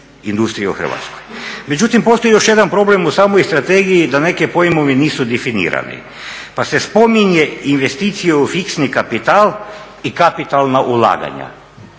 Međutim, postoji još jedan problem u samom strategiji da neki pojmovi nisu definirani, pa se spominje investicije u fiksni kapital i kapitalna ulaganja.